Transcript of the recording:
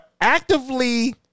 actively